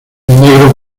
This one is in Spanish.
negro